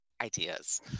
ideas